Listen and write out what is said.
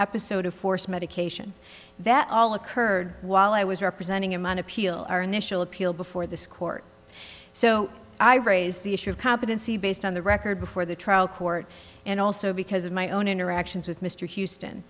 episode of forced medication that all occurred while i was representing him on appeal our initial appeal before this court so i raise the issue of competency based on the record before the trial court and also because of my own interactions with mr houston